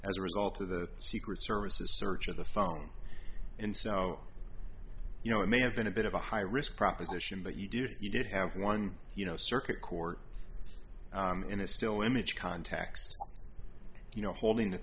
as a result of the secret service a search of the phone and so you know it may have been a bit of a high risk proposition but you do you did have one you know circuit court in a still image context you know holding that